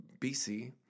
BC